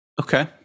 Okay